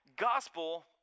gospel